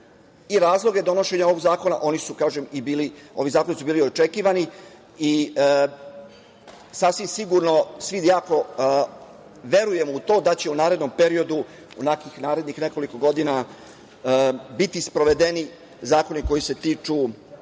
i razloge donošenja ovog zakona, ovi zakoni su bili očekivani. Sasvim sigurno svi jako verujemo da u to da ćemo u narednom periodu, u nekih narednih nekoliko godina biti sprovedeni zakoni koji se tiču